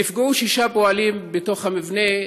נפגעו שישה פועלים בתוך המבנה,